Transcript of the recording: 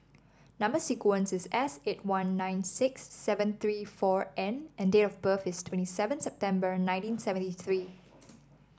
number sequence is S eight one nine six seven three four N and date of birth is twenty seven September nineteen seventy three